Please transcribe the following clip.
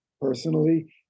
personally